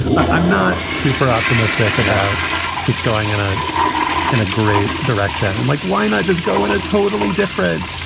i'm not super optimistic about this going and ahead in a great direction. and like, why not just go in a totally different.